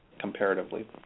comparatively